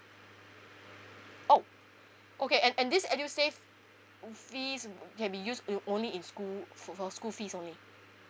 oh okay and and this edusave fees uh can be used uh only in school for for school fees only